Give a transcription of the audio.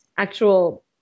actual